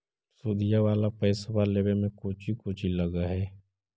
सुदिया वाला पैसबा लेबे में कोची कोची लगहय?